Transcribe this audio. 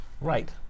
Right